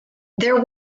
there